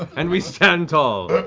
and we stand tall